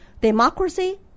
Democracy